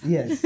Yes